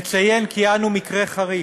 נציין כי אנו מקרה חריג,